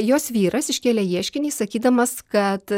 jos vyras iškėlė ieškinį sakydamas kad